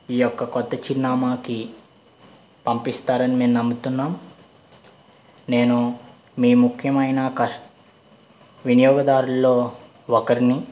ఈ యొక్క కొత్త చిరునామాకి పంపిస్తారని మేము నమ్ముతున్నాం నేను మీ ముఖ్యమైన కస్ వినియోగదారులలో ఒకరిని